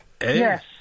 Yes